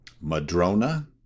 Madrona